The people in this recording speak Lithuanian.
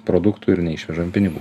produktų ir neišvežam pinigų